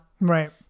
right